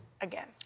again